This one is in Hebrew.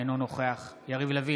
אינו נוכח יריב לוין,